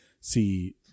See